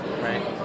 right